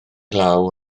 law